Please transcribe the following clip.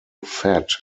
fat